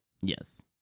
Yes